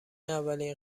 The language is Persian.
اولین